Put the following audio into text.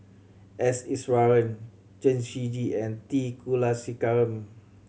S Iswaran Chen Shiji and T Kulasekaram